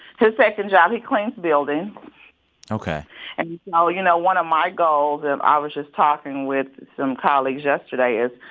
his second job he cleans buildings ok and so, you know you know, one of my goals that i was just talking with some colleagues yesterday is,